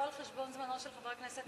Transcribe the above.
לא על חשבון זמנו של חבר הכנסת נפאע.